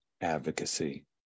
advocacy